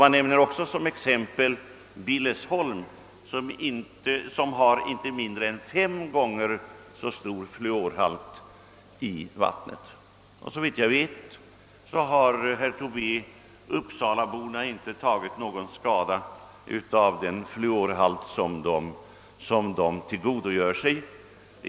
Man nämner också som exempel Billesholm som har inte mindre än fem gånger så stor fluorhalt i vattnet som de nyss nämnda städerna. Såvitt jag vet här herr Tobé och övriga uppsalabor inte tagit någon skada av den fluorhalt som de tillgodogjort sig genom vattnet.